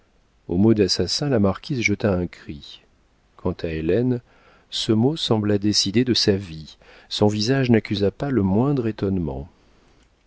au mot d'assassin la marquise jeta un cri quant à hélène ce mot sembla décider de sa vie son visage n'accusa pas le moindre étonnement